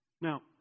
Now